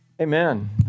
Amen